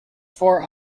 for